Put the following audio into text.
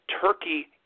turkey